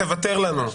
תוותר לנו.